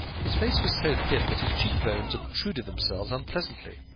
his face was so thin that his cheekbones obtruded themselves unpleasantly.